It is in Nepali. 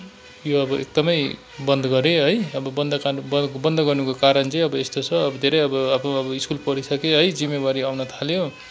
यो अब एकदमै बन्द गरेँ है बन्द गर्नु ब बन्द गर्नुको कारण चाहिँ अब यस्तो छ अब धेरै अब अब अब स्कुल पढिसकेँ है जिम्मेवारी आउन थाल्यो